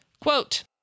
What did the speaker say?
Quote